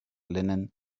linen